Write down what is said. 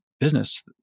Business